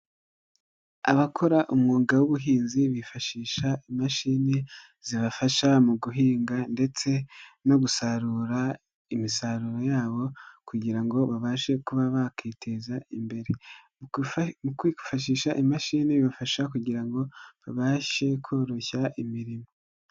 Abakora umwuga w'ubuhinzi bifashisha imashini zibafasha mu guhinga ndetse no gusarura imisaruro yabo kugira ngo babashe kuba bakiteza imbere, mu kwifashisha imashini bibafasha kugira ngo babashe koroshya imirimo.